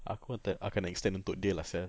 aku atan~ akan extend untuk dia lah sia